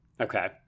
Okay